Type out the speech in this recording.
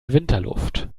winterluft